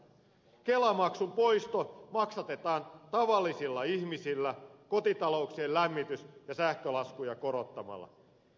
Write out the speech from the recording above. kelamaksun poisto maksatetaan tavallisilla ihmisillä kotitalouksien lämmitys ja sähkölaskuja korottamalla